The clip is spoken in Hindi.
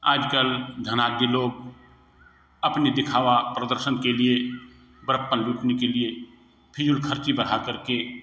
आज कल धनादि लोग अपने दिखावा प्रदर्शन के लिए बड़प्पन लूटने के लिए फिजूल खर्ची बढ़ाकर के